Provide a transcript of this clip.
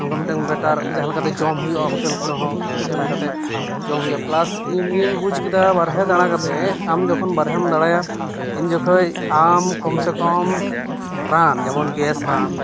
ᱱᱚᱝᱠᱟ ᱢᱤᱫᱴᱟᱝ ᱵᱮᱴᱟᱨ ᱡᱟᱦᱟᱸ ᱞᱮᱠᱟᱛᱮ ᱡᱚᱢ ᱦᱩᱭᱱᱟ ᱦᱩᱭᱩᱜᱼᱟ ᱦᱳᱴᱮᱞ ᱠᱚᱨᱮ ᱦᱚᱸ ᱯᱷᱤᱥ ᱮᱢ ᱠᱟᱛᱮ ᱡᱚᱢ ᱦᱩᱭᱩᱜᱼᱟ ᱯᱞᱟᱥ ᱤᱧᱤᱧ ᱵᱩᱡᱽ ᱠᱮᱫᱟ ᱵᱟᱨᱦᱮ ᱫᱟᱬᱟ ᱠᱟᱛᱮ ᱟᱢ ᱡᱚᱠᱷᱚᱱ ᱵᱟᱨᱦᱮᱢ ᱫᱟᱬᱟᱭᱟ ᱤᱱᱡᱚᱠᱷᱟᱹᱡ ᱟᱢ ᱠᱚᱢ ᱥᱮ ᱠᱚᱢ ᱨᱟᱱ ᱡᱮᱢᱚᱱ ᱜᱮᱥ ᱨᱟᱱ